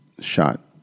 shot